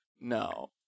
No